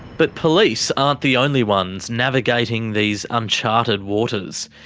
but police aren't the only ones navigating these unchartered waters.